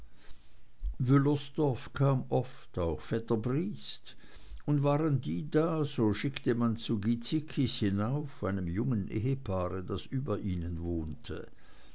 wüllersdorf kam oft auch vetter briest und waren die da so schickte man zu gizickis hinauf einem jungen ehepaar das über ihnen wohnte